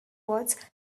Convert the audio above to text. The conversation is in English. was